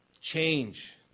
change